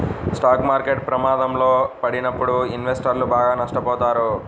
stock market ప్రమాదంలో పడినప్పుడు ఇన్వెస్టర్లు బాగా నష్టపోతారు